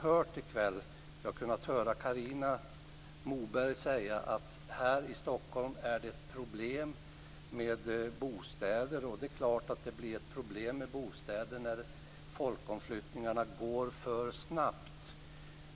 Här i kväll har vi hört Carina Moberg säga att det är problem med bostäder här i Stockholm. Det är klart att det blir problem med bostäder när folkomflyttningarna går för snabbt.